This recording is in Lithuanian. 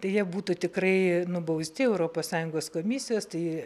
tai jie būtų tikrai nubausti europos sąjungos komisijos tai